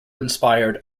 inspired